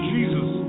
Jesus